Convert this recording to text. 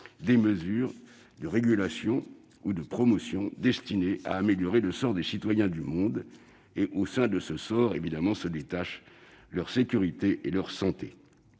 des mesures de régulation ou de promotion destinées à améliorer le sort des citoyens du monde, au sein duquel priment leur sécurité et leur santé.